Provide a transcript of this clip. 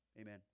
Amen